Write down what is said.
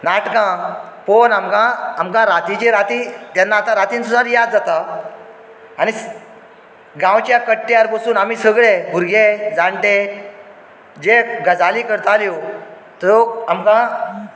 नाटकां पळोवन आमकां आमकां रातींचे रातीं केन्ना आतां रातीन सुद्दां याद जाता आनी स गांवच्या कट्ट्यार बसून आमी सगळे भुरगे जाणटे जे गजाली करताल्यो त्यो आमकां